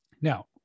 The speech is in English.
Now